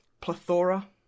plethora